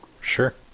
Sure